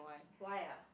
why ah